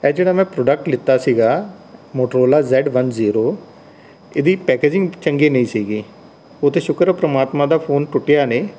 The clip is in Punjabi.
ਹੈ ਜਿਹੜਾ ਮੈਂ ਪ੍ਰੋਡਕਟ ਲਿੱਤਾ ਸੀਗਾ ਮੋਟੋਰੋਲਾ ਜ਼ੈਡ ਵਨ ਜ਼ੀਰੋ ਇਹਦੀ ਪੈਕੇਜਿੰਗ ਚੰਗੀ ਨਹੀਂ ਸੀਗੀ ਉਹ ਤਾਂ ਸ਼ੁਕਰ ਹੈ ਪਰਮਾਤਮਾ ਦਾ ਫ਼ੋਨ ਟੁੱਟਿਆ ਨਹੀਂ